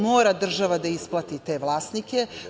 Mora država da isplati te vlasnike.